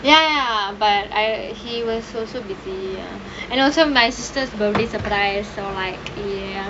ya but I he was also busy and also my sister's birthday surprise so like